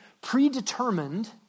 predetermined